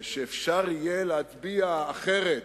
שאפשר יהיה להצביע אחרת: